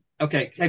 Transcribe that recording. Okay